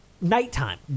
nighttime